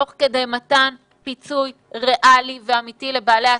תוך כדי מתן פיצוי ריאלי ואמיתי לבעלי עסקים,